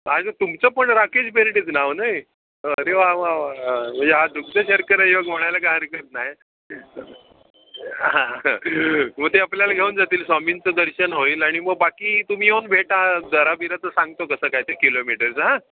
अच्छा तुमचं पण राकेश बेरडेच नाव नाही अरे वा वा वा वा म्हणजे आज दुग्धशर्करायोग म्हणायला काय हरकत नाही हां मग ते आपल्याला घेऊन जातील स्वामींचं दर्शन होईल आणि मग बाकी तुम्ही येऊन भेटा दरा बिराचं सांगतो कसं काय ते किलोमीटरचं हां